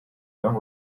john